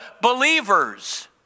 believers